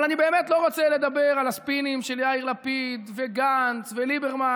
אבל אני באמת לא רוצה לדבר על הספינים של יאיר לפיד וגנץ וליברמן,